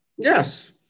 Yes